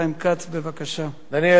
9, מתנגדים אין.